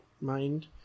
mind